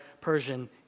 Persian